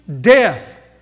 death